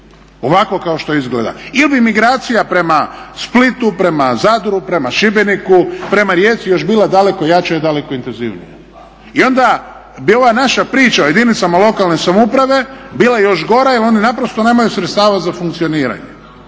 ovako kao što izgleda. Ili bi migracija prema Splitu, prema Zadru, prema Šibeniku, prema Rijeci još bila daleko jača i daleko intenzivnija. I onda bi ova naša priča o jedinicama lokalne samouprava bila još gora je oni naprosto nemaju sredstava za funkcioniranje.